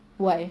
why